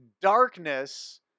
darkness